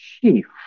chief